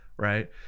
right